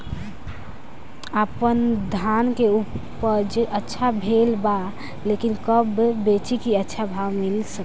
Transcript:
आपनधान के उपज अच्छा भेल बा लेकिन कब बेची कि अच्छा भाव मिल सके?